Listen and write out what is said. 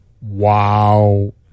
Wow